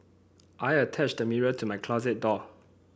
I attached a mirror to my closet door